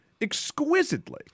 exquisitely